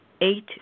eight